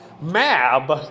Mab